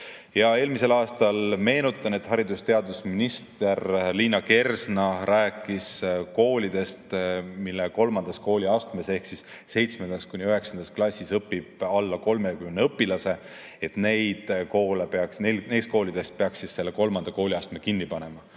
Eelmisel aastal, meenutan, haridus‑ ja teadusminister Liina Kersna rääkis koolidest, mille kolmandas kooliastmes ehk seitsmendas kuni üheksandas klassis õpib alla 30 õpilase, et neis koolides peaks selle kolmanda kooliastme kinni panema.